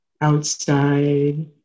Outside